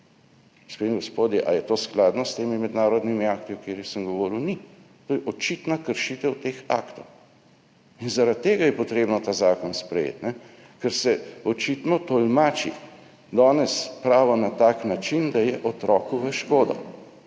Gospe in gospodje, ali je to skladno s temi mednarodnimi akti, o katerih sem govoril? Ni. To je očitna kršitev teh aktov. Zaradi tega je potrebno ta zakon sprejeti. Ker se očitno tolmači danes pravo na tak način, da je otroku v škodo.